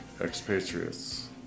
expatriates